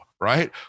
right